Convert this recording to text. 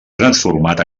transformat